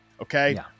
okay